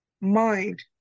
mind